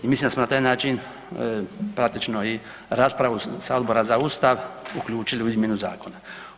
I mislim da smo na taj način praktično i raspravu sa Odbora za Ustav, uključili u izmjenu zakona.